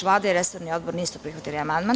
Vlada i resorni odbor nisu prihvatili amandman.